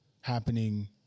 happening